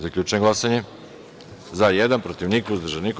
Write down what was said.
Zaključujem glasanje: za – jedan, protiv – niko, uzdržan – niko.